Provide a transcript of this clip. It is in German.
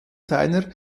seiner